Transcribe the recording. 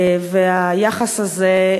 והיחס הזה,